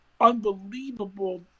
unbelievable